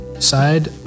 side